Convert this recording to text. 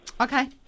Okay